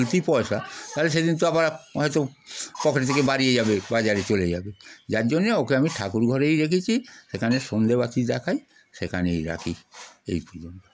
চলতি পয়সা তাহলে সেদিন তো আবার হয়তো পকেটের থেকে বেরিয়ে যাবে বাজারে চলে যাবে যার জন্যে ওকে আমি ঠাকুর ঘরেই রেখেছি সেখানে সন্ধে বাতি দেখাই সেখানেই রাখি এই পর্যন্ত